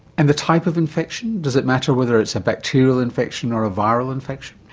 and the type of infection? does it matter whether it's a bacterial infection or a viral infection?